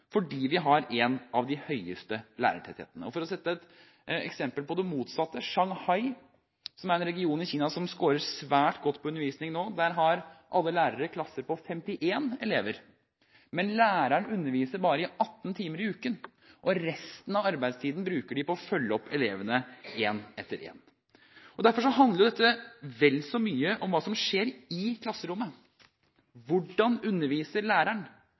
fordi vi har en av de høyeste lærertetthetene. La meg komme med et eksempel på det motsatte: I Shanghai, som er en region i Kina som scorer svært godt på undervisning, har alle lærere klasser på 51 elever. Men lærerne underviser bare 18 timer i uken. Resten av arbeidstiden bruker de på å følge opp elevene en etter en. Derfor handler dette vel så mye om hva som skjer i klasserommet. Hvordan underviser læreren?